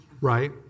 Right